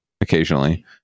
occasionally